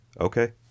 okay